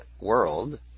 world